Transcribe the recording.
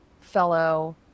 fellow